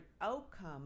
outcome